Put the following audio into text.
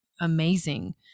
amazing